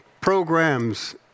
programs